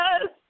Yes